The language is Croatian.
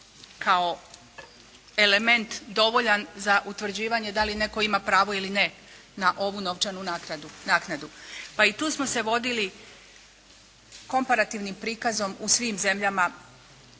kao element dovoljan za utvrđivanje da li netko ima pravo ili ne na ovu novčanu naknadu. Pa i tu smo se vodili komparativnim prikazom u svim zemljama